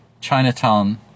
Chinatown